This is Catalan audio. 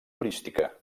turística